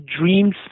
dreams